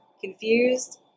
Confused